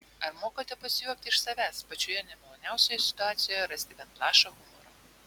ar mokate pasijuokti iš savęs pačioje nemaloniausioje situacijoje rasti bent lašą humoro